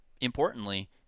importantly